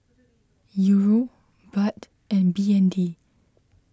Euro Baht and B N D